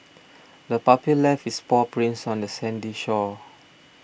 the puppy left its paw prints on the sandy shore